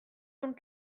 donc